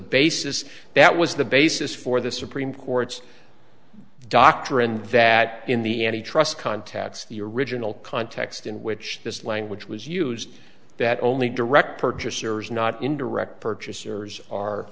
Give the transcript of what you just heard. basis that was the basis for the supreme court's doctrine that in the n t trust contacts the original context in which this language was used that only direct purchasers not indirect purchasers are